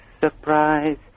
surprise